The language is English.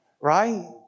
Right